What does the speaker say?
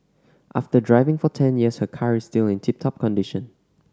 after driving for ten years her car is still in tip top condition